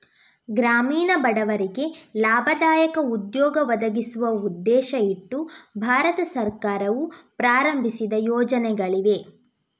ಗ್ರಾಮೀಣ ಬಡವರಿಗೆ ಲಾಭದಾಯಕ ಉದ್ಯೋಗ ಒದಗಿಸುವ ಉದ್ದೇಶ ಇಟ್ಟು ಭಾರತ ಸರ್ಕಾರವು ಪ್ರಾರಂಭಿಸಿದ ಯೋಜನೆಗಳಿವೆ